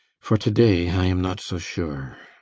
for to-day i am not so sure